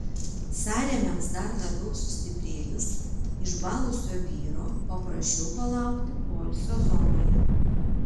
sąrėmiams dar labiau sustiprėjus išbalusio vyro paprašiau palaukti poilsio zonoje